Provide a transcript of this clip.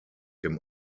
dem